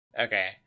Okay